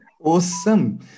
Awesome